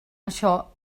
això